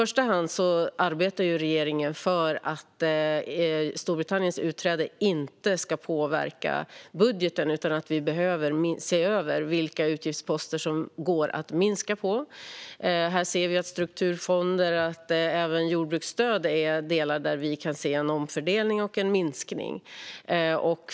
Regeringen arbetar i första hand för att Storbritanniens utträde inte ska påverka budgeten, utan vi behöver se över vilka utgiftsposter det går att minska på. Strukturfonder och även jordbruksstöd är delar där vi kan se en omfördelning och en minskning.